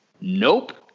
Nope